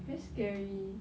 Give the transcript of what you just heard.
very scary